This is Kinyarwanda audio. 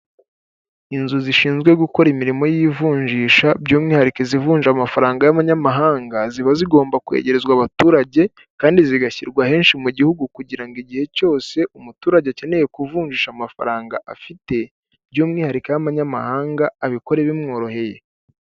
Inzu zishinzwe gukora imirimo y'ivunjisha by'umwihariko izivunja amafaranga y'abanyamahanga, ziba zigomba kwegezwa abaturage kandi zigashyirwa henshi mu gihugu kugira ngo igihe cyose umuturage akeneye kuvunjisha amafaranga afite, by'umwihariko ay' abamanyamahanga abikore bimworoheye.